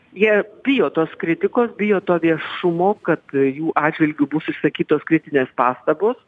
jie bijo tos kritikos bijo to viešumo kad jų atžvilgiu bus išsakytos kritinės pastabos